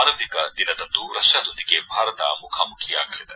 ಆರಂಭಿಕ ದಿನದಂದು ರಷ್ಲಾದೊಂದಿಗೆ ಭಾರತ ಮುಖಾಮುಖಿಯಾಗಲಿದೆ